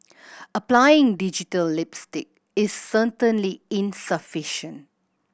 applying digital lipstick is certainly insufficient